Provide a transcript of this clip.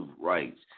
rights